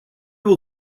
will